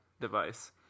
device